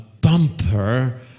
bumper